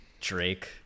Drake